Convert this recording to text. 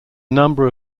number